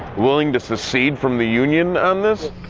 willing to secede from the union on this?